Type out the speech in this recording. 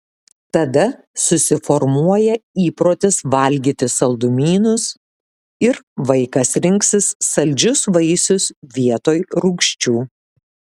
tada susiformuoja įprotis valgyti saldumynus ir vaikas rinksis saldžius vaisius vietoj rūgščių